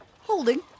Holding